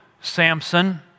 Samson